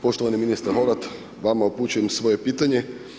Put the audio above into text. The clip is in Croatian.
Poštovani ministre Horvat, vama upućujem svoje pitanje.